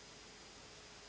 Hvala